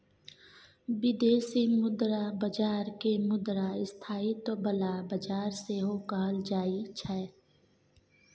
बिदेशी मुद्रा बजार केँ मुद्रा स्थायित्व बला बजार सेहो कहल जाइ छै